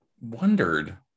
wondered